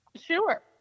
Sure